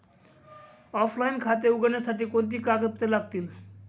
Offline खाते उघडण्यासाठी कोणती कागदपत्रे लागतील?